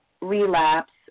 relapse